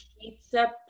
pizza